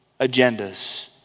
agendas